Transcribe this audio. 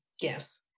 Yes